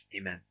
amen